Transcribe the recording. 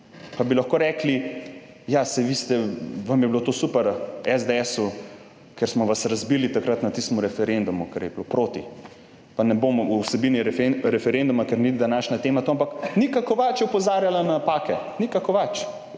pa bi lahko rekli: »Ja, saj vi ste, vam je bilo to super, SDS-u, ker smo vas razbili takrat na tistem referendumu«, kar je bilo proti, pa ne bom o vsebini referenduma, ker ni današnja tema to, ampak Nika Kovač je opozarjala na napake, Nika Kovač